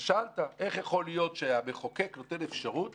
שאלת איך יכול להיות שהמחוקק נותן אפשרות